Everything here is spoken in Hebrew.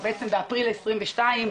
באפריל 2022,